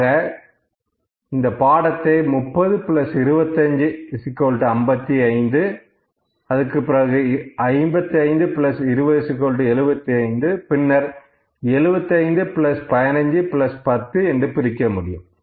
ஆக இந்த பாடத்தை 3025 55 5520 75 751510 என்று பிரிக்க முடியும்